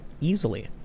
easily